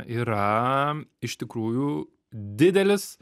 yra iš tikrųjų didelis